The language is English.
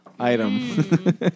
item